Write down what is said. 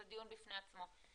זה דיון בפני עצמו.